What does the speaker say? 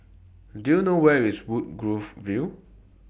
Do YOU know Where IS Woodgrove View